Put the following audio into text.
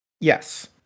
Yes